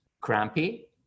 crampy